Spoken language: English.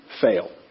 fail